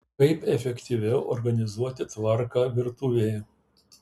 kaip efektyviau organizuoti tvarką virtuvėje